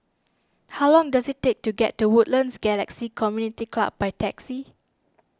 how long does it take to get to Woodlands Galaxy Community Club by taxi